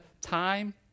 time